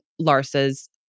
Larsa's